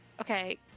okay